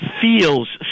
feels